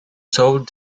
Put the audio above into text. sold